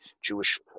Jewish